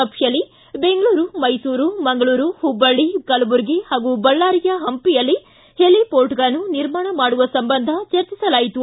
ಸಭೆಯಲ್ಲಿ ಬೆಂಗಳೂರು ಮೈಸೂರು ಮಂಗಳೂರು ಹುಬ್ಬಳ್ಳಿ ಕಲಬುರಗಿ ಹಾಗೂ ಬಳ್ಳಾರಿಯ ಹಂಪಿಯಲ್ಲಿ ಹೆಲಿಪೋರ್ಟ್ಗಳನ್ನು ನಿರ್ಮಾಣ ಸಂಬಂಧ ಚರ್ಚಿಸಲಾಯಿತು